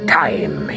time